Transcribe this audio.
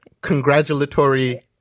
congratulatory